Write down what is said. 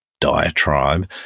diatribe